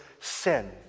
sin